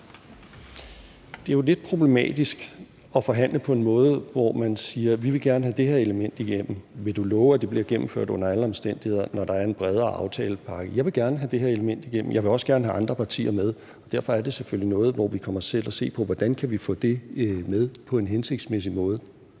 Det er jo lidt problematisk at forhandle på en måde, hvor man siger, at vi vil gerne have det her element igennem, og vil du love, at det bliver gennemført under alle omstændigheder, når der er en bredere aftalepakke? Jeg vil gerne have det her element igennem. Jeg vil også gerne have andre partier med. Derfor er det selvfølgelig noget, hvor vi kommer til at se på, hvordan vi kan få det med på en hensigtsmæssig måde.